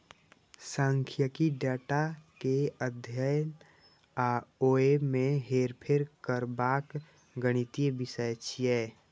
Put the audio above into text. सांख्यिकी डेटा के अध्ययन आ ओय मे हेरफेर करबाक गणितीय विषय छियै